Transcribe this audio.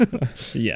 Yes